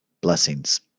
blessings